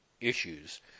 issues